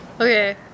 Okay